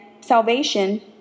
salvation